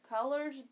colors